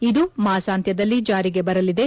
ಇದು ಮಾಸಾಂತ್ವದಲ್ಲಿ ಜಾರಿಗೆ ಬರಲಿದೆ